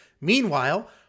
Meanwhile